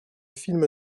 film